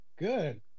Good